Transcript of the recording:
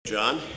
John